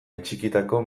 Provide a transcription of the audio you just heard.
atxikitako